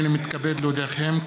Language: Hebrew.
הינני מתכבד להודיעכם,